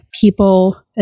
people